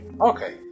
okay